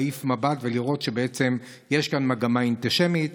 להעיף מבט ולראות שיש כאן מגמה אנטישמית.